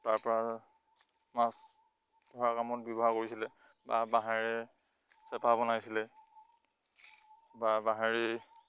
তাৰপৰা মাছ ধৰা কামত ব্যৱহাৰ কৰিছিলে বা বাঁহেৰে চেপা বনাইছিলে বা বাঁহেৰে